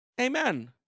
Amen